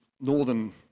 northern